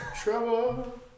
Trouble